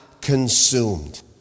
consumed